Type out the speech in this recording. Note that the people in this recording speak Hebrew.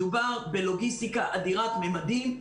מדובר בלוגיסטיקה אדירת ממדים.